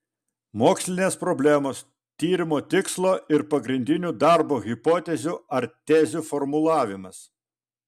mokslinės problemos tyrimo tikslo ir pagrindinių darbo hipotezių ar tezių formulavimas